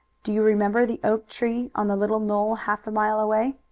do you remember the oak tree on the little knoll half a mile away?